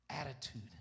attitude